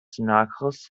knuckles